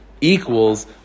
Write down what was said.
equals